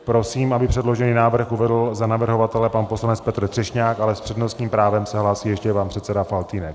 Prosím, aby předložený návrh uvedl za navrhovatele pan poslanec Petr Třešňák ale s přednostním právem se hlásí ještě pan předseda Faltýnek.